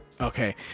Okay